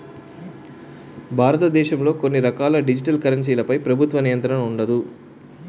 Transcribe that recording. భారతదేశంలో కొన్ని రకాల డిజిటల్ కరెన్సీలపై ప్రభుత్వ నియంత్రణ ఉండదు